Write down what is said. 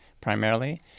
primarily